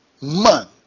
man